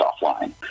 offline